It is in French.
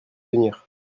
venir